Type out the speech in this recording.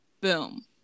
Boom